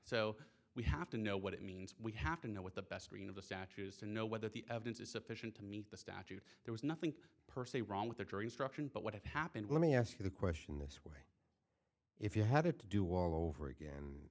so we have to know what it means we have to know what the best green of the statue's to know whether the evidence is sufficient to meet the statute there was nothing per se wrong with the jury instruction but what happened let me ask you the question this way if you had it to do all over again